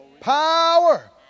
power